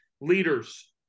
leaders